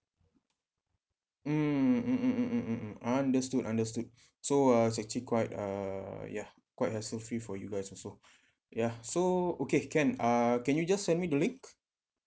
mm mm mm mm mm mm mm understood understood so uh it's actually quite uh ya quite hassle free for you guys also yeah so okay can uh can you just send me the link